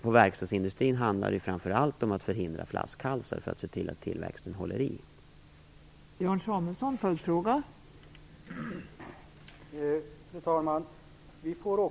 Inom verkstadsindustrin gäller det framför allt att förhindra flaskhalsar, för att se till att tillväxten håller i sig.